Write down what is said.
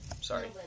Sorry